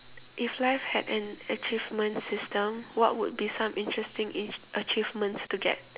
if life had an achievement system what would be some interesting a~ achievements to get